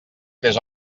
tres